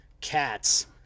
cats